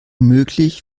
möglich